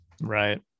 Right